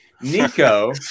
Nico